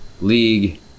league